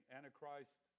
Antichrist